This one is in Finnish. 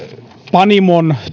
panimon